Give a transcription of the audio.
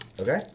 Okay